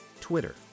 Twitter